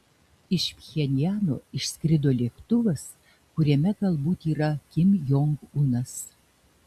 iš pchenjano išskrido lėktuvas kuriame galbūt yra kim jong unas